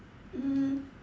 mm